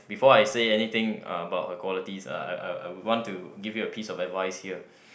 before I said anything uh about her qualities uh I I I would want to give you a piece of advice here